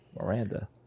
Miranda